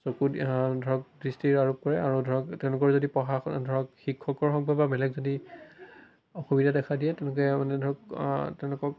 চকু ধৰক দৃষ্টি আৰোপ কৰে আৰু ধৰক তেওঁলোকৰ যদি পঢ়া ধৰক শিক্ষকৰ হওক বা বা বেলেগ যদি অসুবিধা দেখা দিয়ে তেওঁলোকে মানে ধৰক তেওঁলোকক